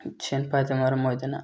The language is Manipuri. ꯁꯦꯟ ꯄꯥꯏꯗꯕꯅ ꯃꯔꯝ ꯑꯣꯏꯗꯅ